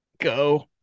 go